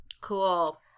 Cool